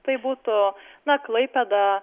tai būtų na klaipėda